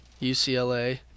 UCLA